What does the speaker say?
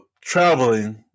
traveling